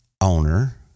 owner